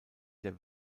der